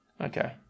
Okay